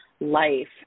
life